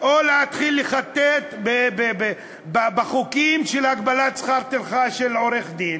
או להתחיל לחטט בחוקים של הגבלת שכר טרחה של עורך-דין,